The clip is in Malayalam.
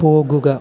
പോകുക